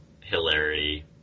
hilarity